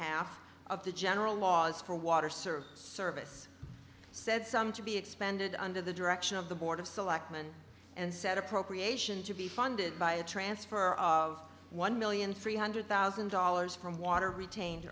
half of the general laws for water service service said some to be expanded under the direction of the board of selectmen and set appropriation to be funded by a transfer of one million three hundred thousand dollars from water retained